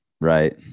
Right